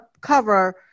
cover